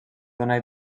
donar